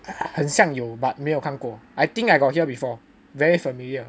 很像有 but 没有看过 I think I got hear before very familiar